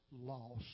lost